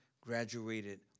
graduated